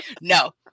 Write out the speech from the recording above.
no